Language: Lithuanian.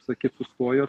sakyt sustojo